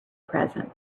present